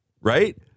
right